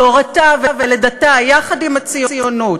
שהורתה ולידתה יחד עם הציונות,